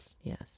Yes